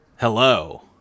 Hello